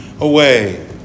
away